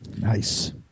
Nice